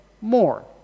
more